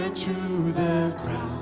ah to the ground